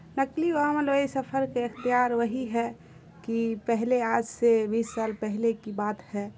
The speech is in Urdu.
نقلی سفر کے اختیار وہی ہے کہ پہلے آج سے بیس سال پہلے کی بات ہے